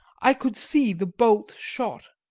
i could see the bolt shot.